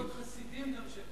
יש פה גם חסידים של בית-ג'ן.